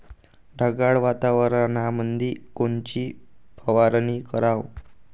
ढगाळ वातावरणामंदी कोनची फवारनी कराव?